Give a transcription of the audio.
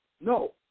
no